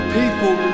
people